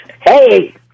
Hey